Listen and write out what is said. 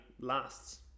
lasts